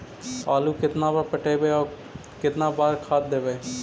आलू केतना बार पटइबै और केतना बार खाद देबै?